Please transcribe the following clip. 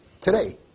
today